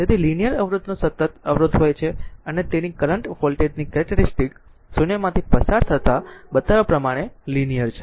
તેથી લીનીયર અવરોધનો સતત અવરોધ હોય છે અને તેની કરંટ વોલ્ટેજ કેરેક્ટેરીસ્ટીક શૂન્યમાંથી પસાર થતાં બતાવ્યા પ્રમાણે લીનીયર છે